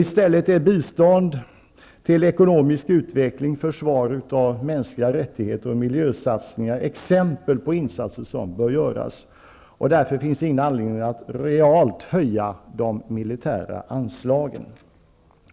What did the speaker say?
I stället är bistånd till ekonomisk utveckling, försvar av mänskliga rättigheter och miljösatsningar exempel på insatser som bör göras. Därför finns ingen anledning att realt höja de militära anslagen.